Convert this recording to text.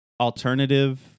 alternative